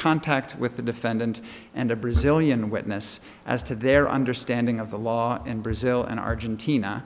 contact with the defendant and a brazilian witness as to their understanding of the law in brazil and argentina